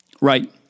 Right